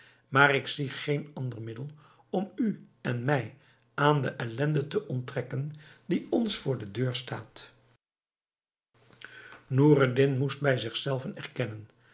maar ik zie geen ander middel om u en mij aan de ellende te onttrekken die ons voor de deur staat noureddin moest bij zich zelven erkennen